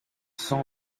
sans